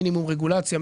מינימום רגולציה,